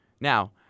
Now